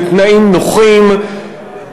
בתנאים נוחים,